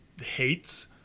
hates